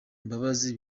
imbabazi